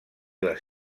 les